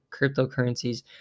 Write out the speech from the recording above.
cryptocurrencies